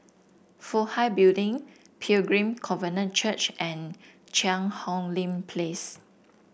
Fook Hai Building Pilgrim Covenant Church and Cheang Hong Lim Place